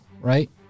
right